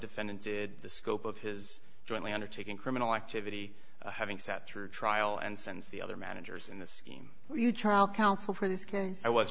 defendant did the scope of his jointly undertaken criminal activity having sat through trial and since the other managers in the scheme were you trial counsel for this case i was